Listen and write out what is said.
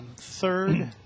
third